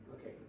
Okay